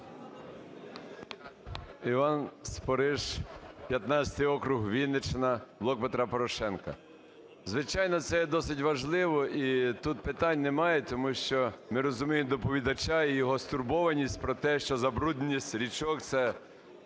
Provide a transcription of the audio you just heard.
Іван Спориш, 15 округ, Вінниччина, "Блок Петра Порошенка". Звичайно, це досить важливо, і тут питань немає, тому що ми розуміємо доповідача і його стурбованість про те, що забрудненість річок – це...